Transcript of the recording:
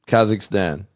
Kazakhstan